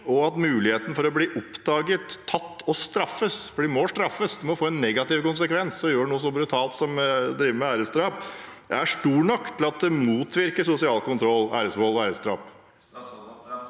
og at muligheten for å bli oppdaget, tatt og straffet – for de må straffes, det må få en negativ konsekvens å gjøre noe så brutalt som å drive med æresdrap – er stor nok til at det motvirker sosial kontroll, æresvold og æresdrap?